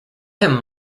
him